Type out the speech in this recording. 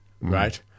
right